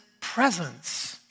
presence